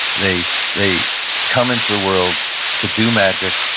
they they come into the world to do magic,